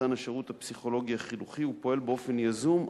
מתווה השירות הפסיכולוגי החינוכי מספטמבר 2010,